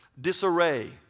disarray